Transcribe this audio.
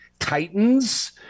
Titans